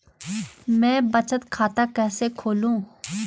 मैं बचत खाता कैसे खोलूँ?